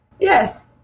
Yes